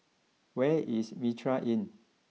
where is Mitraa Inn